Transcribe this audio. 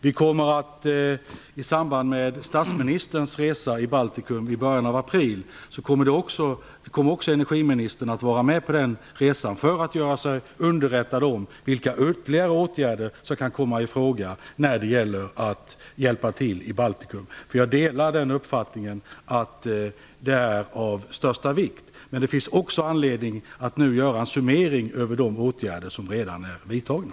Vid statsministerns resa i Baltikum i början av april kommer också energiministern att vara med för att göra sig underrättad om vilka ytterligare åtgärder som kan komma i fråga när det gäller att hjälpa till i Baltikum. Jag delar uppfattningen att det är av största vikt. Det finns också anledning att nu göra en summering av de åtgärder som redan är vidtagna.